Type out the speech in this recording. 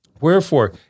Wherefore